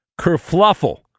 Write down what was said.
kerfluffle